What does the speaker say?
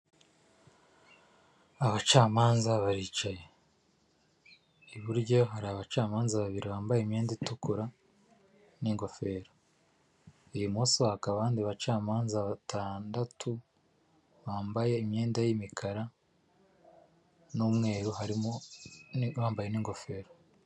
Abacamanza baricaye, iburyo hari abacamanza babiri bambaye imyenda itukura n'ingofero, ibumoso hakaba abandi bacamanza batandatu bambaye imyenda y'imikara n'umweru harimo n'uwambaye n'ingofero.